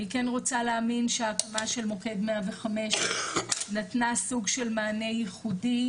אני כן רוצה להאמין שהקמה של מוקד 105 נתנה סוג של מענה ייחודי,